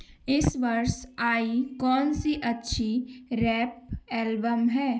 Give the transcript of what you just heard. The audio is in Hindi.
इस वर्ष आई कौन सी अच्छी रैप एल्बम है